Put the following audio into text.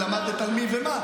זה מביא לי עצבים.